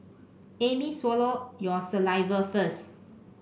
amy swallow your saliva first